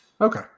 Okay